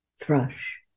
thrush